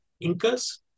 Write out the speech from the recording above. Incas